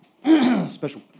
special